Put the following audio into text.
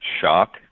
shock